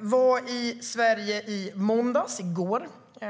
var i Sverige i måndags - i går.